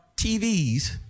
TVs